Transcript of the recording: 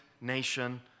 nation